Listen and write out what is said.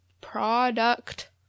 product